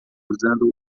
usando